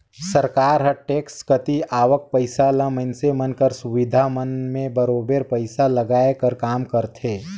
सरकार हर टेक्स कती आवक पइसा ल मइनसे मन कर सुबिधा मन में बरोबेर पइसा लगाए कर काम करथे